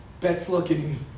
best-looking